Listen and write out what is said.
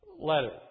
letter